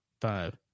five